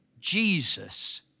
Jesus